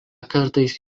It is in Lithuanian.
kartais